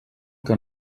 que